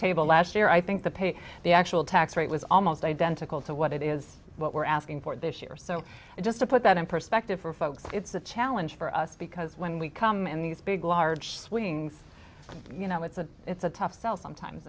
table last year i think the pay the actual tax rate was almost identical to what it is what we're asking for this year so just to put that in perspective for folks it's a challenge for us because when we come in these big large swings you know it's a it's a tough sell sometimes